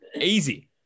Easy